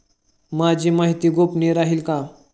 माझी माहिती गोपनीय राहील का?